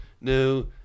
no